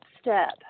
step